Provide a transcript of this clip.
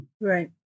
Right